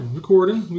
recording